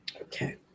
Okay